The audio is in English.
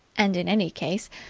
and in any case,